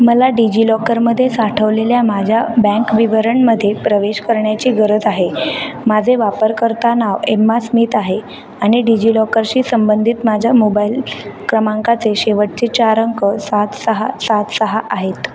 मला डिजिलॉकरमध्ये साठवलेल्या माझ्या बँक विवरणमध्ये प्रवेश करण्याची गरज आहे माझे वापरकर्ता नाव एम्मा स्मित आहे आणि डिजिलॉकरशी संबंधित माझ्या मोबाईल क्रमांकाचे शेवटचे चार अंक सात सहा सात सहा आहेत